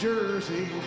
Jersey